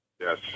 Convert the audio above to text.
Yes